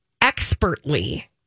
expertly